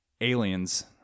Aliens